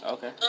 Okay